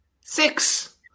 six